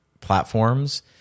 platforms